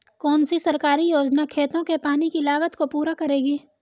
कौन सी सरकारी योजना खेतों के पानी की लागत को पूरा करेगी?